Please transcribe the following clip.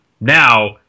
Now